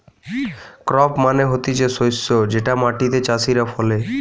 crop মানে হতিছে শস্য যেটা মাটিতে চাষীরা ফলে